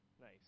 Nice